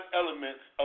elements